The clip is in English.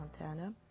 Montana